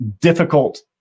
difficult